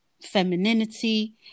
femininity